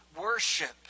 worship